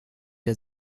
der